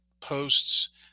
posts